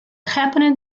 happened